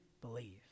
believe